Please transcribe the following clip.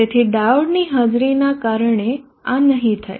તેથી ડાયોડની હાજરીને કારણે આ નહીં થાય